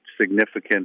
significant